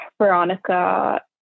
Veronica